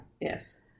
Yes